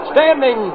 Standing